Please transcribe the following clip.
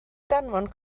danfon